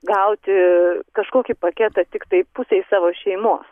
gauti kažkokį paketą tiktai pusei savo šeimos